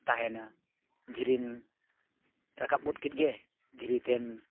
ᱛᱟᱦᱮᱱᱟ ᱫᱷᱤᱨᱢ ᱨᱟᱠᱟᱵ ᱜᱚᱫ ᱠᱮᱜ ᱜᱮ ᱫᱷᱤᱨᱤ ᱛᱮᱢ